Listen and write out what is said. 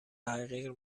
حقیر